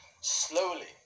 Slowly